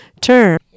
term